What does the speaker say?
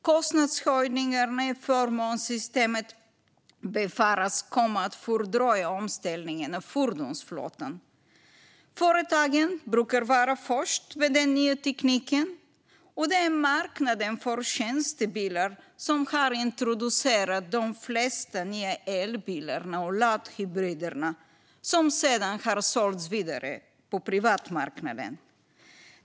Kostnadshöjningarna i förmånssystemet befaras komma att fördröja omställningen av fordonsflottan. Företagen brukar vara först med den nya tekniken, och det är marknaden för tjänstebilar som har introducerat de flesta nya elbilarna och laddhybriderna, som sedan har sålts vidare på privatmarknaden.